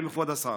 עם כבוד השר.